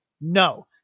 No